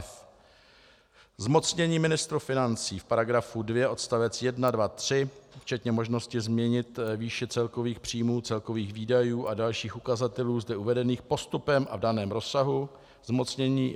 F. zmocnění ministru financí v § 2 odst. 1, 2, 3, včetně možnosti změnit výši celkových příjmů, celkových výdajů a dalších ukazatelů zde uvedených postupem a v daném rozsahu, zmocnění